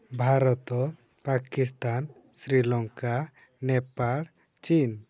ଭାରତ ପାକିସ୍ତାନ ଶ୍ରୀଲଙ୍କା ନେପାଳ ଚୀନ୍